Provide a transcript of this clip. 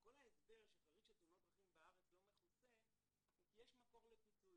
כל ההסבר של חריג של תאונות דרכים בארץ לא מכוסה הוא כי יש מקור לפיצוי.